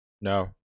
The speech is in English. No